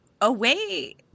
away